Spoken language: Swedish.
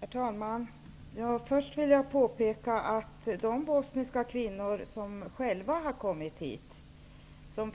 Herr talman! Först vill jag påpeka att de bos niska kvinnor som har kommit hit har